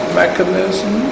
mechanism